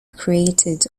created